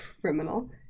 criminal